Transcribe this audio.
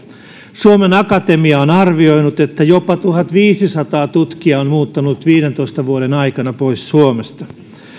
suomen akatemia on arvioinut että jopa tuhatviisisataa tutkijaa on muuttanut viidentoista vuoden aikana pois suomesta